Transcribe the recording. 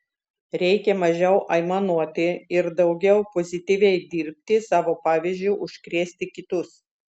reikia mažiau aimanuoti ir daugiau pozityviai dirbti savo pavyzdžiu užkrėsti kitus